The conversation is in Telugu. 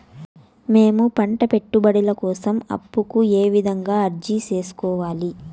మేము పంట పెట్టుబడుల కోసం అప్పు కు ఏ విధంగా అర్జీ సేసుకోవాలి?